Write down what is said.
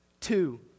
Two